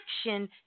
action